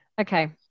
okay